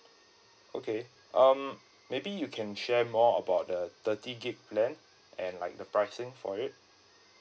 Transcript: okay um maybe you can share more about the thirty gig plan and like the pricing for it